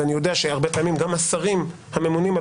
ואני יודע שהרבה פעמים גם השרים הממונים על